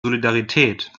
solidarität